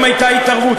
האם הייתה התערבות?